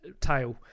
tail